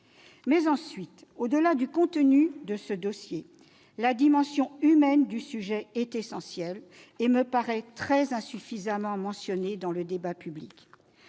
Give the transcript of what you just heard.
Ensuite, au-delà du contenu de ce dossier, la dimension humaine du sujet est essentielle et me paraît très insuffisamment mentionnée dans le débat public.